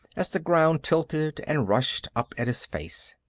as the ground tilted and rushed up at his face.